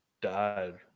died